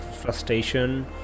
frustration